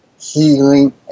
healing